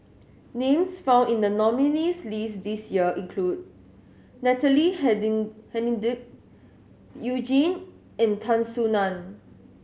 names found in the nominees' list this year include Natalie Hennedige You Jin and Tan Soo Nan